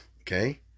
okay